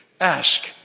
Ask